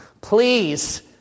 Please